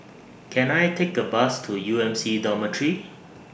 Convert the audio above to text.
Can I Take A Bus to U M C Dormitory